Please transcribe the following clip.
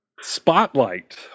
Spotlight